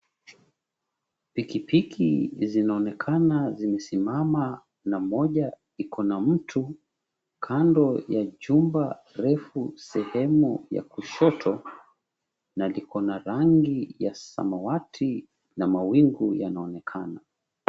Pikipiki zinaonekana zimesimama, na moja iko na mtu kando ya jumba refu sehemu ya kushoto. Na liko na rangi ya samawati na mawingu yanaonekana.